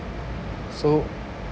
so